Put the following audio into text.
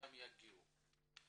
וגם יגיעו עוד.